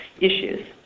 issues